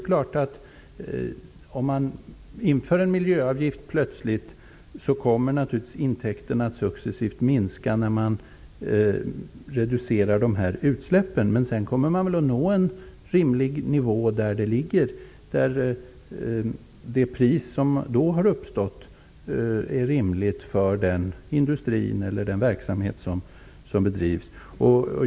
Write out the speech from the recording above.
Om man plötsligt inför en miljöavgift kommer intäkterna naturligtvis att minska successivt när utsläppen reduceras, men sedan kommer man väl att nå en nivå där intäkterna ligger och där det pris som då har uppstått är rimligt för exempelvis den industri som är verksam.